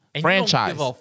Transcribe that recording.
franchise